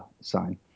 sign